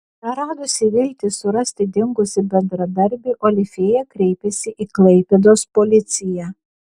praradusi viltį surasti dingusį bendradarbį olifėja kreipėsi į klaipėdos policiją